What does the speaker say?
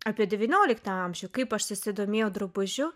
apie devynioliktą amžių kaip aš susidomėjau drabužiu